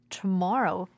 tomorrow